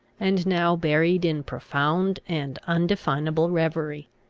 and now buried in profound and undefinable reverie.